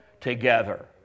together